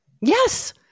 Yes